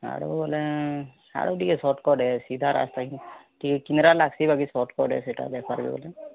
ୟାଡୁ ଗଲେ ୟାଡ଼ୁ ଟିକିଏ ସଟ୍କଟ୍ ହେସି ଏ ସିଧା ରାସ୍ତା କି ଟିକିଏ କିନାରା ଲାଗିବ କି ସଟ୍କଟ୍ ସେଇଟା ହେଇପାରିବ ବୋଲେ